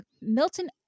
Milton